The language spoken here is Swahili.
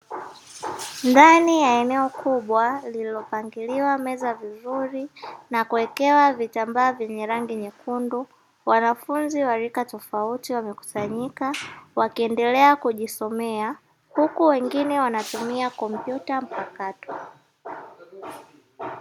Ndani ya eneo kubwa lililopangiliwa meza vizuri na kuwekewa vitambaa vyenye rangi nyekundu, wanafunzi wa rika tofauti wamekusanyika; wakiendelea kujisomea huku wengine wanatumia kompyuta mpakato.